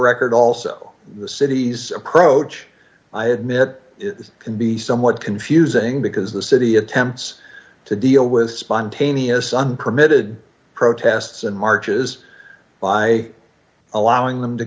record also the city's approach i had mit it can be somewhat confusing because the city attempts to deal with spontaneous un permitted protests and marches by allowing them to